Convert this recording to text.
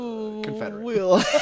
Confederate